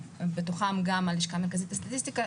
בתוכם גם הלשכה המרכזי לסטטיסטיקה,